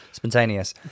Spontaneous